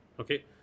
okay